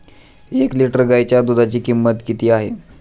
एक लिटर गाईच्या दुधाची किंमत किती आहे?